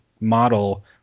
model